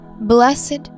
Blessed